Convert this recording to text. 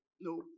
no